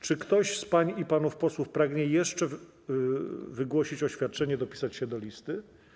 Czy ktoś z pań i panów posłów pragnie jeszcze wygłosić oświadczenie, dopisać się do listy?